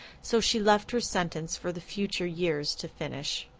so she left her sentence for the future years to finish.